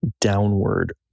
downward